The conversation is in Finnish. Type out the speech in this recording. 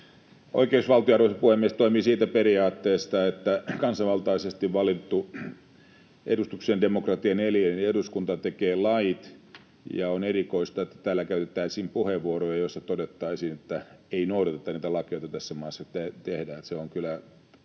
Oikeusvaltio, arvoisa puhemies, toimii siitä periaatteesta, että kansanvaltaisesti valittu edustuksellisen demokratian elin eli eduskunta tekee lait, ja on erikoista, että täällä käytettäisiin puheenvuoroja, joissa todettaisiin, että ei noudateta niitä lakeja, joita tässä maassa tehdään.